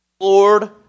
Lord